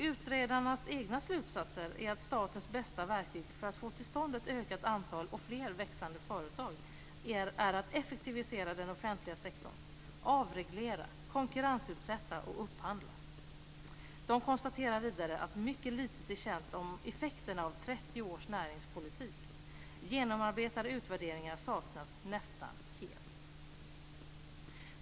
Utredarnas egna slutsatser är att statens bästa verktyg för att få till stånd ett ökat antal växande företag är att effektivisera den offentliga sektorn, avreglera, konkurrensutsätta och upphandla. De konstaterar vidare att mycket lite är känt om effekterna av 30 års näringspolitik. Genomarbetade utvärderingar saknas nästan helt.